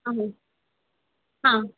हाँ हाँ हाँ